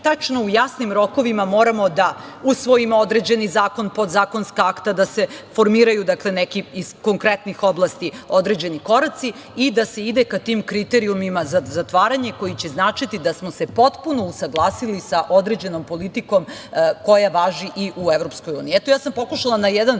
tačno u jasnim rokovima moramo da usvojimo određeni zakon, podzakonska akta, da se formiraju neki ih konkretnih oblasti određeni koraci i da se ide ka tim kriterijumima za otvaranje koji će značiti da smo se potpuno usaglasili sa određenom politikom koja važi i u EU.Pokušala